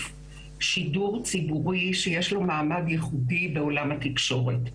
שידור ציבורי שיש לו מעמד ייחודי בעולם התקשורת.